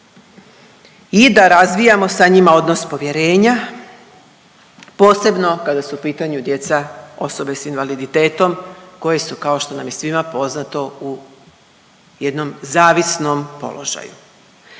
i da razvijamo sa njima odnos povjerenja posebno kada su u pitanju djeca osobe sa invaliditetom koje su kao što nam je svima poznato u jednom zavisnom položaju.